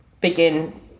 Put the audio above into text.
begin